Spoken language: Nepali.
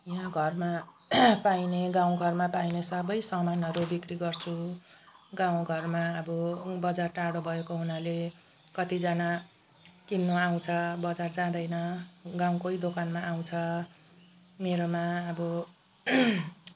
यहाँ घरमा पाइने गाउँ घरमा पाइने सबै सामानहरू बिक्री गर्छु गाउँ घरमा अब बजार टाडो भएको हुनाले कतिजना किन्नु आउँछ बजार जाँदैन गाउँकै दोकानमा आउँछ मेरोमा अब